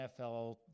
NFL